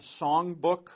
songbook